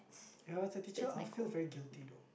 if I were the teacher I feel very guilty though